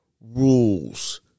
rules